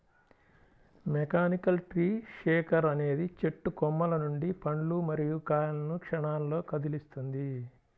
mechanical tree shaker అనేది చెట్టు కొమ్మల నుండి పండ్లు మరియు కాయలను క్షణాల్లో కదిలిస్తుంది